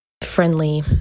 friendly